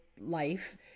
life